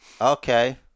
Okay